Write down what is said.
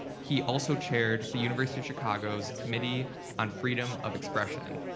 he also chaired the university of chicago's committee on freedom of expression.